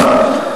מה?